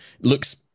looks